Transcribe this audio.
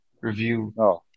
review